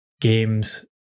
games